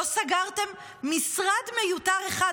לא סגרתם משרד מיותר אחד,